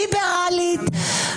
ליברלית.